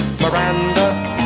Miranda